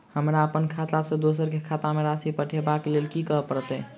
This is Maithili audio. हमरा अप्पन खाता सँ दोसर केँ खाता मे राशि पठेवाक लेल की करऽ पड़त?